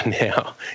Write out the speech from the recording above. now